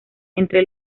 entre